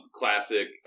classic